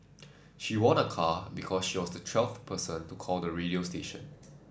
she won a car because she was the twelfth person to call the radio station